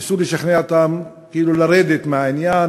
ניסו לשכנע אותם כאילו לרדת מהעניין